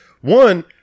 one